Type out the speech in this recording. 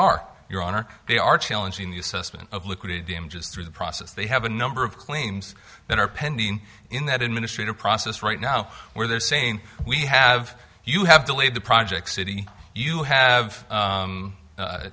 are your honor they are challenging the assessment of liquidity i'm just through the process they have a number of claims that are pending in that administrative process right now where they're saying we have you have delayed the project city you have